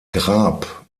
grab